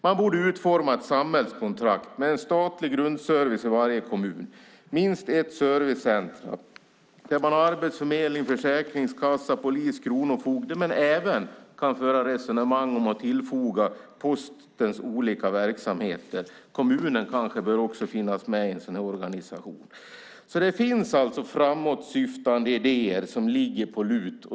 Man borde utforma ett samhällskontrakt med en statlig grundservice i varje kommun - minst ett servicecentrum där man har arbetsförmedling, försäkringskassa, polis, kronofogde men även kan tillfoga Postens olika verksamheter. Kommunen kanske också bör finnas med i en sådan organisation. Det finns alltså framåtsyftande idéer på lut.